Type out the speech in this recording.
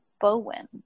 Bowen